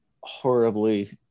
horribly